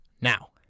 now